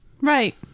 right